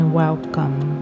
welcome